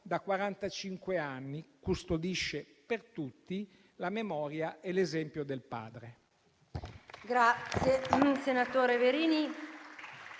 anni custodisce per tutti la memoria e l'esempio del padre.